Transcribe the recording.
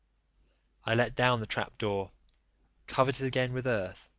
i let down the trap-door, covered it again with earth,